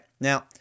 Now